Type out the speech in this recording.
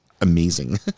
amazing